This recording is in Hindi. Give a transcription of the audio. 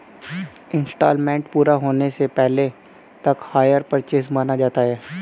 इन्सटॉलमेंट पूरा होने से पहले तक हायर परचेस माना जाता है